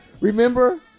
Remember